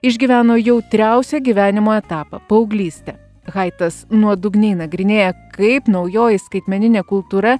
išgyveno jautriausią gyvenimo etapą paauglystę haitas nuodugniai nagrinėja kaip naujoji skaitmeninė kultūra